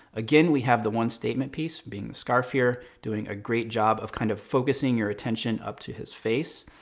again, we have the one statement piece, being the scarf here, doing a great job of kind of focusing your attention up to his face.